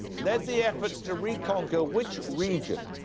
led the efforts to reconquer which region?